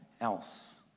else